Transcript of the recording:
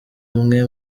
umwe